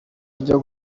ryo